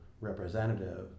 representative